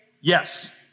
Yes